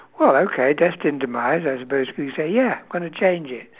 well okay destined demise I suppose we say ya we're gonna change it